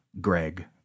Greg